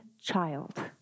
child